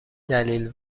دلیل